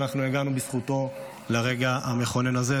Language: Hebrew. שבזכותם הגענו לרגע המכונן הזה.